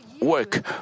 work